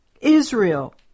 Israel